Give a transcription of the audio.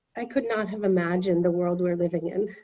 i could not have imagined the world we're living in.